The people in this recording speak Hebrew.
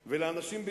ולאנשים,